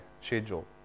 schedule